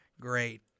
great